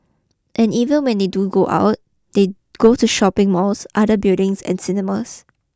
and even when they do go out they go to shopping malls other buildings in cinemas